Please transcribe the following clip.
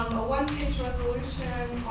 a one-page resolution,